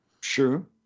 Sure